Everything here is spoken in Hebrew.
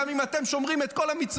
גם אם אתם שומרים את כל המצוות.